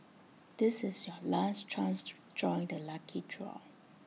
this is your last chance to join the lucky draw